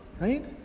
Right